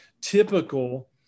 typical